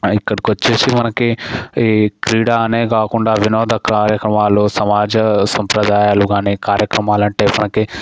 ఇక్కడకి వచ్చేసి మనకి ఈ క్రీడ అనే కాకుండా వినోద కార్యక్రమాలు సమాజ సంప్రదాయాలు కానీ కార్యక్రమాలు అంటే మనకి